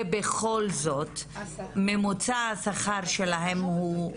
ובכל זאת ממוצע השכר שלהן הוא ---.